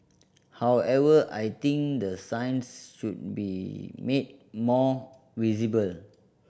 however I think the signs should be made more visible